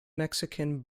mexican